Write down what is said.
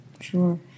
Sure